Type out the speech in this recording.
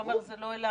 עמר, אבל זה לא אליו.